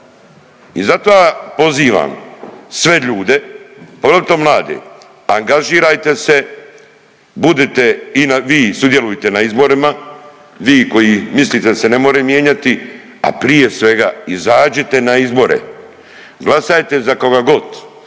I zato ja pozivam sve ljude poglavito mlade angažirajte se, budite i vi sudjelujte na izborima, vi koji mislite da se ne more mijenjati, a prije svega izađite na izbore. Glasajte za koga god.